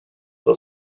the